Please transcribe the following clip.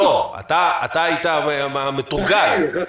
אתה היית המתורגל.